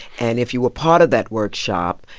and if you were part of that workshop,